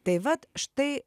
tai vat štai